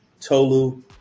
Tolu